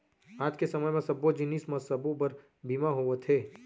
आज के समे म सब्बो जिनिस म सबो बर बीमा होवथे